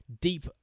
deep